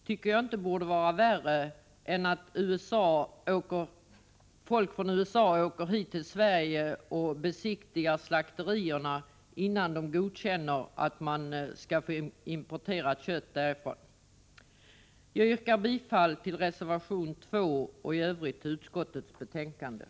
Men jag tycker inte att detta är värre än när folk från USA åker hit till Sverige och besiktigar slakterierna här innan man godkänner import av kött till USA. Herr talman! Jag yrkar bifall till reservation 2 och i övrigt till utskottets hemställan.